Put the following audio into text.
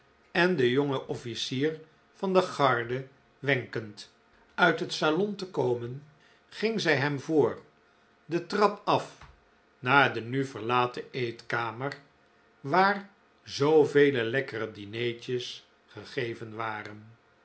en den jongen officier van de garde wenkend uit het salon te komen ging zij hem voor de trap af naar de nu verlaten eetkamer waar zoo vele lekkere dinertjes gegeven waren